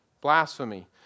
Blasphemy